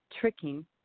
tricking